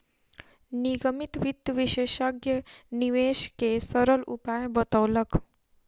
निगमित वित्त विशेषज्ञ निवेश के सरल उपाय बतौलक